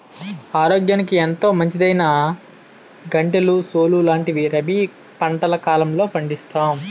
ఆరోగ్యానికి ఎంతో మంచిదైనా గంటెలు, సోలు లాంటివి రబీ పంటల కాలంలో పండిస్తాం